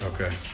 okay